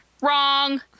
Wrong